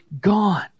gone